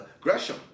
Gresham